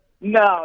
No